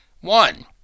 One